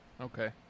Okay